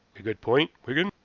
a good point, wigan.